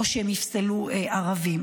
או שהם יפסלו ערבים.